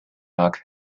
mag